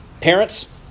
Parents